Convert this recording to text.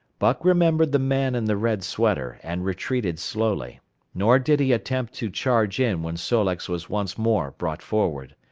buck remembered the man in the red sweater, and retreated slowly nor did he attempt to charge in when sol-leks was once more brought forward.